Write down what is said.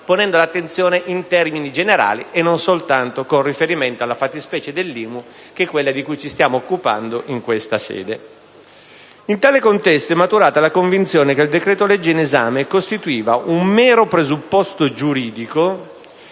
ponendo l'attenzione in termini generali e non soltanto con riferimento alla fattispecie dell'IMU che è quella di cui ci stiamo occupando in questa sede. In tale contesto è maturata la convinzione che il decreto-legge in esame costituiva un mero presupposto giuridico